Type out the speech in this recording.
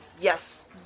Yes